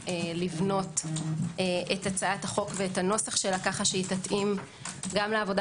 לבנות את הצעת החוק ואת הנוסח שלה כך שתתאים גם לעבודה